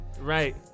Right